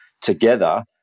together